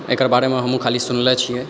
एकर बारेमे हमहुँ खाली सुनले छियै